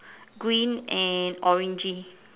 green and orangey